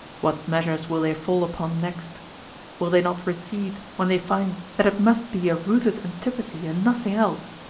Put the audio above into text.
what measures will they fall upon next will they not recede when they find that it must be a rooted antipathy, and nothing else,